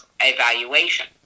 evaluation